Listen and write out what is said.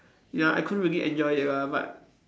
ya I couldn't really enjoy it lah but